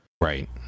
Right